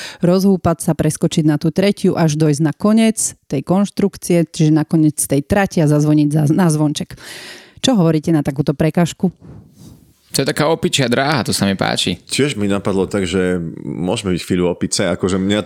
rozhúpať sa, preskočiť na tú tretiu, až dojsť na konec tej konštrukcie, čiže na konec tej trati a zazvoniť za- na zvonček. Čo hovoríte na takúto prekážku? To je taká opičia dráha, to sa mi páči. Čiže mi napadlo tak, že môžeme byť chvíľu opice, akože mňa-